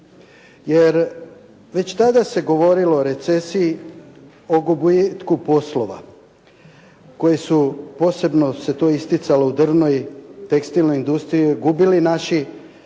Jer već tada se govorilo o recesiji, o gubitku poslova koji su posebno se to isticalo u drvnoj, tekstilnoj industriji gubili naši